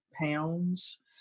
pounds